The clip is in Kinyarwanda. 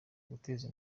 duteza